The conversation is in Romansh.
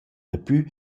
daplü